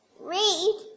Read